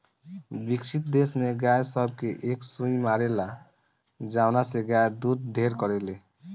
विकसित देश में गाय सब के एक सुई मारेला जवना से गाय दूध ढेर करले